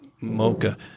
Mocha